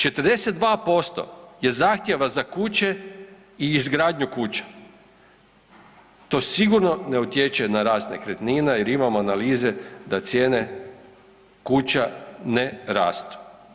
42% je zahtjeva za kuće i izgradnju kuća, to sigurno ne utječe na rast nekretnina jer imamo analize da cijene kuća ne rastu.